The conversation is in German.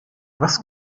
was